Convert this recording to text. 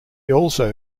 also